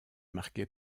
marquée